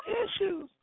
issues